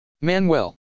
Manuel